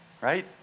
right